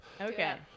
okay